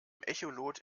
echolot